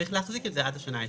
צריך להחזיק את זה עד השנה ה-20.